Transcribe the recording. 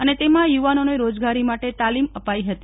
અને તેમાં યુવાનોને રોજગારી માટે તાલીમ અપાઈ હતી